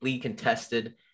contested